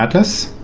atlas,